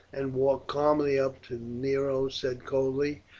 and walking calmly up to nero said coldly,